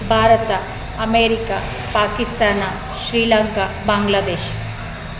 Bharat America Pakistan Sri Lanka Bangladesh